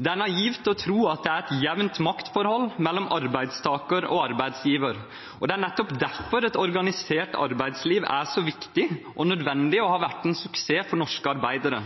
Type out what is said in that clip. Det er naivt å tro at det er et jevnt maktforhold mellom arbeidstaker og arbeidsgiver, og det er nettopp derfor et organisert arbeidsliv er så viktig og nødvendig og har vært en suksess for norske arbeidere.